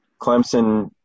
Clemson